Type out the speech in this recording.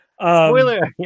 spoiler